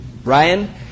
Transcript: Brian